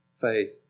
faith